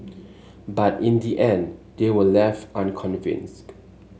but in the end they were left unconvinced